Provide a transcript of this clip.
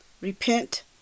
repent